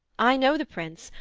i know the prince,